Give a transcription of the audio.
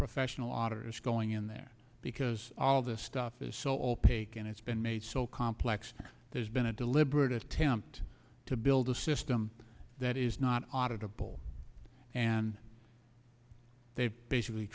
professional auditors going in there because all this stuff is so opaque and it's been made so complex that there's been a deliberate attempt to build a system that is not auditable and they basically